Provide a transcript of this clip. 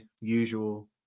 usual